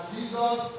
Jesus